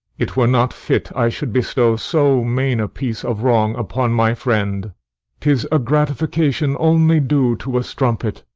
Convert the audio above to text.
it were not fit i should bestow so main a piece of wrong upon my friend tis a gratification only due to a strumpet,